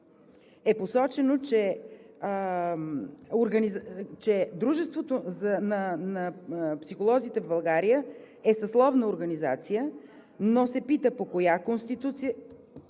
е посочено, че Дружеството на психолозите в България е съсловна организация, но се пита: по коя Конституция,